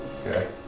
Okay